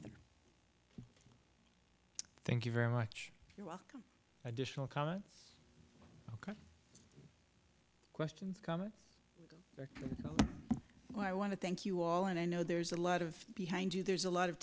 other thank you very much you're welcome additional comments questions coming when i want to thank you all and i know there's a lot of behind you there's a lot of